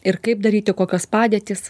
ir kaip daryti kokios padėtys ir padėjo